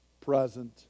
present